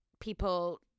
people